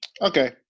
Okay